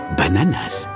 bananas